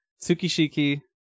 Tsukishiki